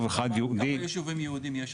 אחד יהודי --- כמה ישובים יהודים יש,